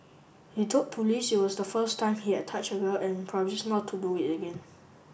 he told police it was the first time he had touch a girl and promise not to do it again